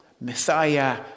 messiah